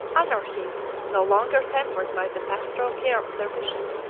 anarchy, no longer tempered by the pastoral care of their bishop,